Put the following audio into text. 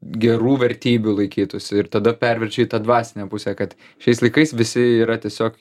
gerų vertybių laikytųsi ir tada perverčia į tą dvasinę pusę kad šiais laikais visi yra tiesiog